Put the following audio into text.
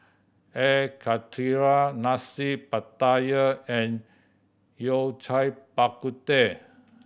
Air Karthira Nasi Pattaya and Yao Cai Bak Kut Teh